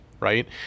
right